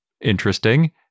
interesting